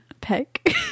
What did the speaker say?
peck